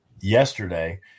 yesterday